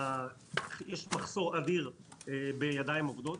יש מחסור אדיר בידיים עובדות.